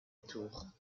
tours